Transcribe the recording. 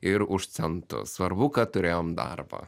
ir už centus svarbu kad turėjom darbą